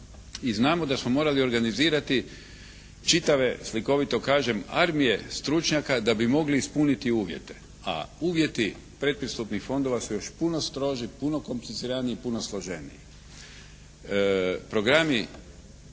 i znamo da smo morali organizirati čitave slikovito kažem armije stručnjaka da bi mogli ispuniti uvjete. A uvjeti predpristupnih fondova su još uvijek puno strožiji, puno kompliciraniji, puno složeniji. Programi